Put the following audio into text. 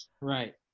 Right